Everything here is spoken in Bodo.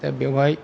दा बेवहाय